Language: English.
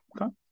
okay